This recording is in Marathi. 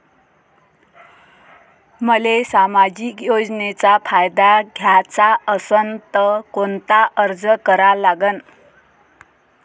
मले सामाजिक योजनेचा फायदा घ्याचा असन त कोनता अर्ज करा लागन?